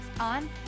on